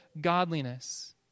godliness